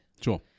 Sure